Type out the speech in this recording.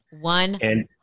One